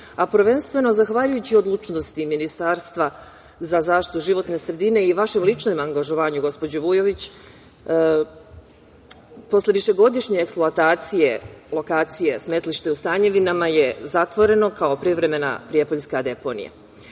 a prvenstveno zahvaljujući odlučnosti Ministarstva za zaštitu životne sredine i vašem ličnom angažovanju, gospođo Vujović, posle višegodišnje eksploatacije lokacije smetlište u Stanjevinama je zatvoreno kao privremena prijepoljska deponija.